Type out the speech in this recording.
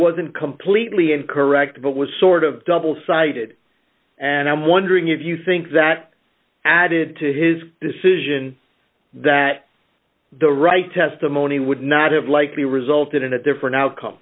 wasn't completely incorrect but was sort of double sided and i'm wondering if you think that added to his decision that the right testimony would not have likely resulted in a different outcome